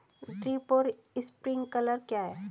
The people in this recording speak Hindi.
ड्रिप और स्प्रिंकलर क्या हैं?